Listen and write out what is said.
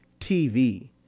TV